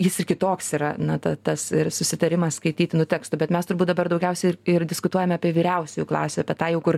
jis ir kitoks yra na ta tas ir susitarimas skaitytinų tekstų bet mes turbūt dabar daugiausiai ir ir diskutuojame apie vyriausiųjų klasių apie tai jau kur